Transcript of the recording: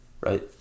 right